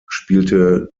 spielte